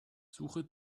suche